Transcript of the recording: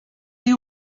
you